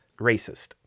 racist